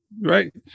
right